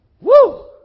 woo